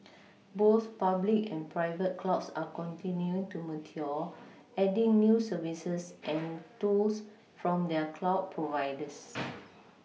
both public and private clouds are continuing to mature adding new services and tools from their cloud providers